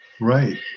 right